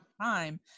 time